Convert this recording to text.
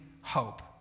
hope